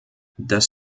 das